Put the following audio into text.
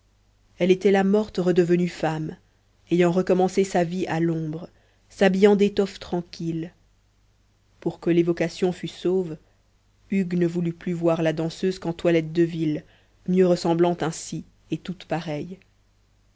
elle était la morte redevenue femme ayant recommencé sa vie à l'ombre s'habillant d'étoffes tranquilles pour que l'évocation fût sauve hugues ne voulut plus voir la danseuse qu'en toilette de ville mieux ressemblante ainsi et toute pareille